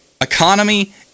economy